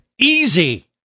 easy